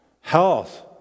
health